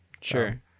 sure